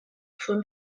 from